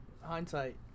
hindsight